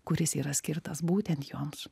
kuris yra skirtas būtent joms